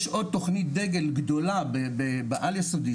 יש עוד תכנית דגל גדולה בעל יסודי,